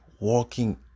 walking